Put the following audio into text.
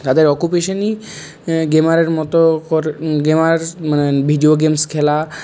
তাদের অকুপেশনই গেমারের মত গেমার মানে ভিডিও গেমস খেলা